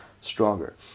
stronger